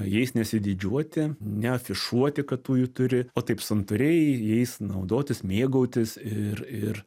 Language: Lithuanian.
jais nesididžiuoti neafišuoti kad tu jų turi o taip santūriai jais naudotis mėgautis ir ir